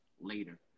later